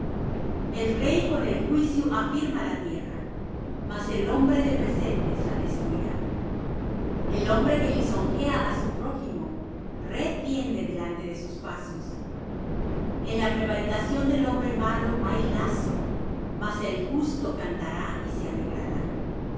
el rey con el juicio afirma la tierra mas el hombre de presentes la destruirá el hombre que lisonjea á su prójimo red tiende delante de sus pasos en la prevaricación del hombre malo hay lazo mas el justo cantará y se alegrará conoce el